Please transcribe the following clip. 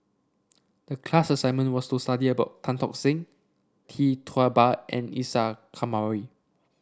the class assignment was to study about Tan Tock Seng Tee Tua Ba and Isa Kamari